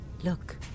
Look